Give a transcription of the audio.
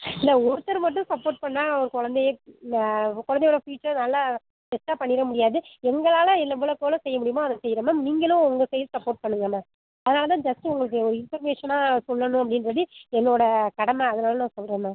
இல்லை ஒருத்தர் மட்டும் சப்போர்ட் பண்ணால் குழந்தையை ந குழந்தையோடய பியூச்சர் நல்லா பெருசாக பண்ணிவிட முடியாது எங்களால் எவ்வளோக்கு எவ்வளோ செய்ய முடியுமோ அதை செய்கிறோம் மேம் நீங்களும் உங்கள் சைடு சப்போர்ட் பண்ணுங்கள் மேம் அதனால் தான் ஜஸ்ட் உங்களுக்கு ஒரு இன்ஃபர்மேஷனாக சொல்லணும் அப்படின்றது என்னோடய கடமை அதனால் நான் சொல்கிறேன் மேம்